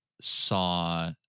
saw